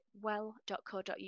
well.co.uk